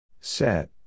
Set